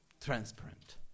transparent